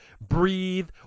breathe